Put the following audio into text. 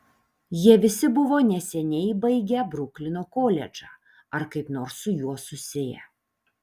jie visi buvo neseniai baigę bruklino koledžą ar kaip nors su juo susiję